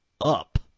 up